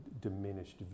diminished